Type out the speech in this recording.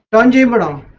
don giovanni,